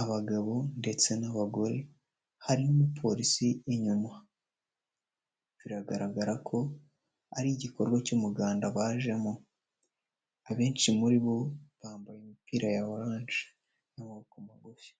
abagabo ndetse n'abagore, hari n'umupolisi inyuma, biragaragara ko ari igikorwa cy'umuganda bajemo, abenshi muri bo bambaye imipira ya oranje y'amaboko magufi.